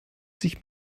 sich